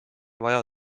vaja